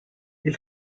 ils